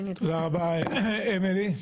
תודה רבה, אמילי.